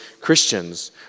Christians